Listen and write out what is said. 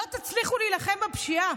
לא תצליחו להילחם בפשיעה.